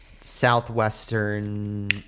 southwestern